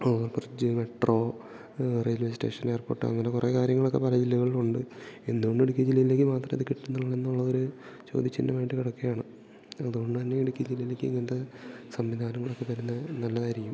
over bridge metro railway station airport അങ്ങനെ കുറെ കാര്യങ്ങളൊക്കെ പല ജില്ലകളിലുണ്ട് എന്തുകൊണ്ട് ഇടുക്കി ജില്ലയിലേക്ക് മാത്രം ഇത് കിട്ടുന്നില്ല എന്നുള്ളതൊര് ചോദ്യചിഹ്നനമായിട്ട് കിടക്കുകയാണ് അതുകൊണ്ട് തന്നെ ഇടുക്കി ജില്ലയിലേക്ക് ഇങ്ങനത്തെ സംവിധാനങ്ങളൊക്കെ വരുന്നത് നല്ലതായിരിക്കും